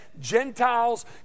Gentiles